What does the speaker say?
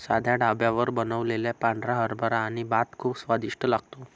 साध्या ढाब्यावर बनवलेला पांढरा हरभरा आणि भात खूप स्वादिष्ट लागतो